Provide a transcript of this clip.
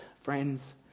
Friends